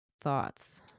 Thoughts